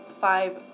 five